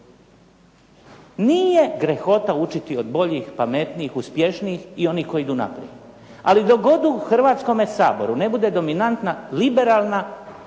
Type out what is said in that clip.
Nije grehota učiti od boljih, pametnijih, uspješnijih i onih koji idu unaprijed, ali dok god u Hrvatskome saboru ne bude dominantna liberalna